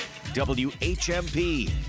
WHMP